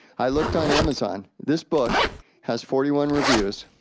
i looked on amazon. this book has forty one reviews.